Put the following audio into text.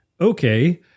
okay